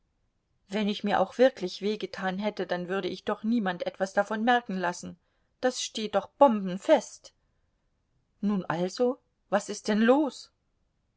wenn ich mir auch wirklich weh getan hätte dann würde ich doch niemand etwas davon merken lassen das steht doch bombenfest nun also was ist denn los